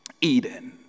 Eden